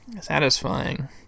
Satisfying